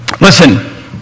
Listen